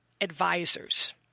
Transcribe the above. Advisors